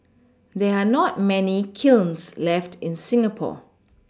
there are not many kilns left in Singapore